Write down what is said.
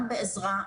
גם בעזרה.